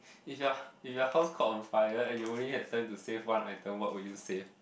if your if your house caught on fire and you only had time to save one item what will you save